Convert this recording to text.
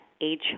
age